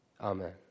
Amen